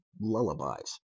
lullabies